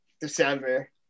December